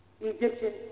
Egyptian